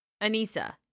Anissa